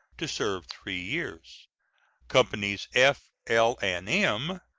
to serve three years companies f, l, and m,